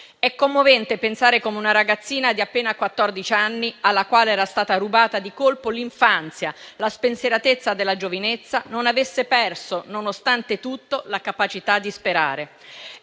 È commovente pensare come una ragazzina di appena quattordici anni, alla quale era stata rubata di colpo l'infanzia, la spensieratezza della giovinezza, non avesse perso, nonostante tutto, la capacità di sperare.